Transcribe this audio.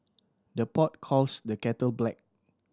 the pot calls the kettle black